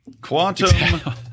Quantum